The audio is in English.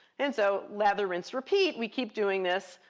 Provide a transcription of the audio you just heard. and so lather, rinse, repeat. we keep doing this.